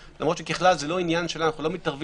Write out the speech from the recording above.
למרות שככלל זה לא עניין שלנו ואנחנו לא מתערבים